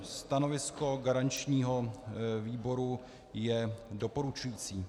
Stanovisko garančního výboru je doporučující.